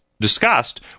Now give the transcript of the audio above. discussed